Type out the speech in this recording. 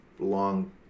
long